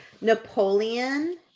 napoleon